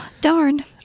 darn